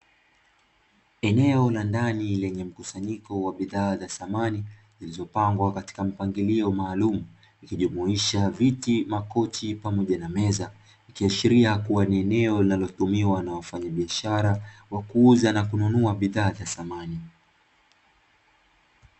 Eneo la ndani lenye mkusanyiko wa bidhaa za samani zilizopangwa katika mpangilio maalumu likijumuisha; viti, makochi pamoja na meza ikiashiria kuwa ni eneo linalotumiwa na wafanyabiashara kwa kuuza na kununua bidhaa za samani.